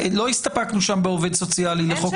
בכלל אין שם עובד סוציאלי.